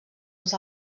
els